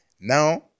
Now